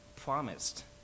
promised